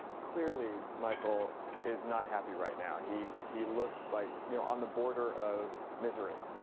clearly, michael is not happy right now. he he looks, like, you know on the border of misery.